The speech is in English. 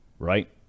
right